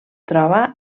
troba